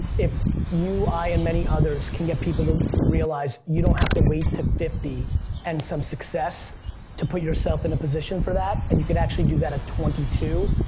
if you, i, and many others can get people to realize, you don't have to wait to fifty and some success to put yourself in a position for that, and you can actually do that at twenty two,